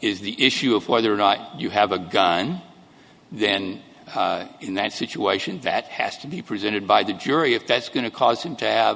is the issue of whether or not you have a gun then in that situation that has to be presented by the jury if that's going to cause him to have